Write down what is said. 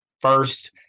first